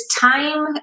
time